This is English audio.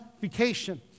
vacation